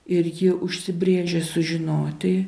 ir ji užsibrėžė sužinoti